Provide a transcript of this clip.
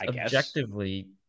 objectively